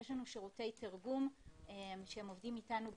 יש לנו שירותי תרגום שעובדים איתנו בצמידות.